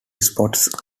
spots